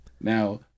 Now